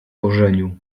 korzeniu